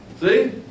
See